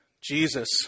Jesus